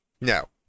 No